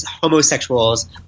homosexuals